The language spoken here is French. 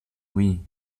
oui